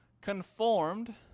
conformed